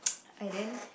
and then